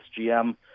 GM